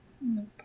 Nope